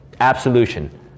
absolution